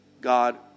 God